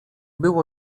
było